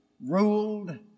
ruled